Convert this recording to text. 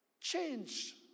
change